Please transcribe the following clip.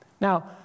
Now